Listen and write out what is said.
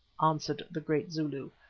answered the great zulu.